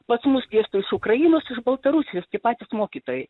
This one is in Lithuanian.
pas mūsų dėsto iš ukrainos iš baltarusijos tie patys mokytojai